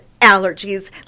allergies